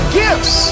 gifts